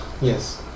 Yes